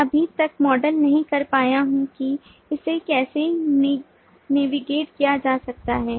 मैं अभी तक मॉडल नहीं कर पाया हूं कि इसे कैसे नेविगेट किया जा सकता है